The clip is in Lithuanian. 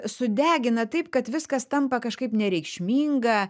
sudegina taip kad viskas tampa kažkaip nereikšminga